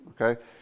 Okay